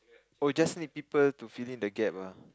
oh just need people to fill in the gap ah